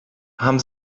haben